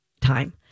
time